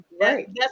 Right